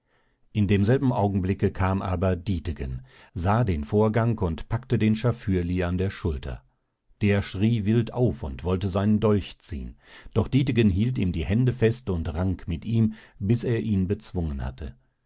in demselben augenblicke kam aber dietegen sah den vorgang und packte den schafürli an der schulter der schrie wild auf und wollte seinen dolch ziehen doch dietegen hielt ihm die hände fest und rang mit ihm bis er ihn bezwungen hatte